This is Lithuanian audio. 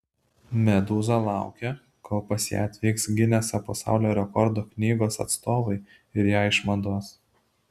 medūza laukia kol pas ją atvyks gineso pasaulio rekordų knygos atstovai ir ją išmatuos